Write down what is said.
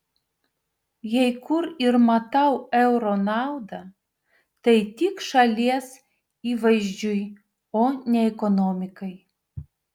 jei kur ir matau euro naudą tai tik šalies įvaizdžiui o ne ekonomikai